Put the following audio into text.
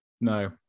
No